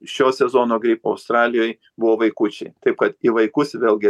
šio sezono gripu australijoj buvo vaikučiai taip kad į vaikus vėlgi